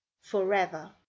forever